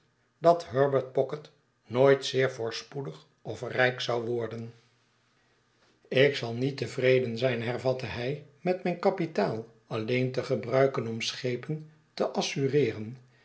dat herbert pocket nooit zeer voorspoedig of rijk zou worden ik zal niet tevreden zijn hervatte hij met mijn kapitaal alleen te gebruiken om schepen te